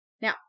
Now